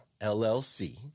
LLC